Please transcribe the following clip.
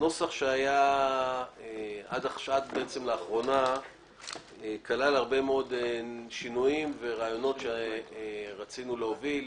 הנוסח שהיה עד לאחרונה כלל הרבה מאוד שינויים ורעיונות שרצינו להוביל,